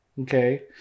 okay